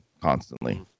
constantly